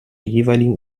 jeweiligen